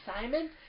Simon